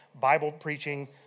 Bible-preaching